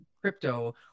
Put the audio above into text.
crypto